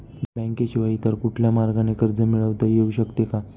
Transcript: बँकेशिवाय इतर कुठल्या मार्गाने कर्ज मिळविता येऊ शकते का?